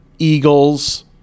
eagles